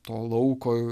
to lauko